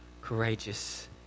courageous